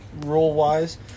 rule-wise